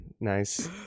Nice